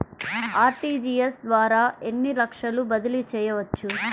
RTGS ద్వారా ఎన్ని లక్షలు బదిలీ చేయవచ్చు?